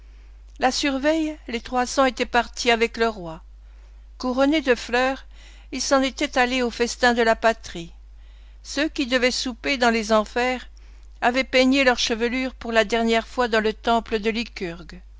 la surveille les trois cents étaient partis avec le roi couronnés de fleurs ils s'en étaient allés au festin de la patrie ceux qui devaient souper dans les enfers avaient peigné leurs chevelures pour la dernière fois dans le temple de lycurgue